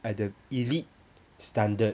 like the elite standard